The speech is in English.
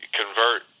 convert